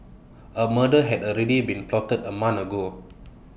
A murder had already been plotted A month ago